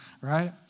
right